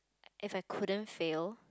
if I couldn't fail